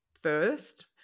first